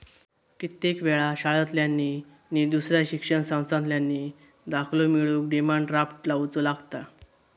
कित्येक वेळा शाळांतल्यानी नि दुसऱ्या शिक्षण संस्थांतल्यानी दाखलो मिळवूक डिमांड ड्राफ्ट लावुचो लागता